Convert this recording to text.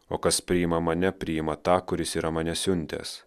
o kas priima mane priima tą kuris yra mane siuntęs